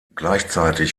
gleichzeitig